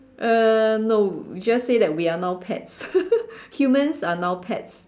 uh no just say that we are now pets humans are now pets